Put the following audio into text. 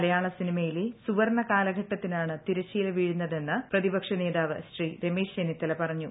മലയാള സിനിമയിലെ സുവർണ്ണ കാലഘട്ടത്തിനാണ് തിരശ്ശീല വീഴുന്നതെന്ന് പ്രതിപക്ഷ നേതാവ് ശ്രീ രമേശ് ചെന്നിത്തല പറഞ്ഞു